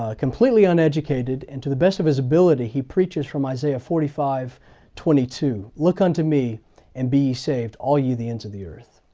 ah completely uneducated, and to the best of his ability, he preaches from isaiah forty five twenty two, look on to me and be ye saved all ye the ends of the earth.